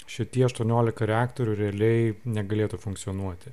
šitie aštuoniolika reaktorių realiai negalėtų funkcionuoti